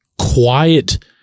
quiet